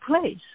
place